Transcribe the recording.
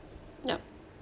yup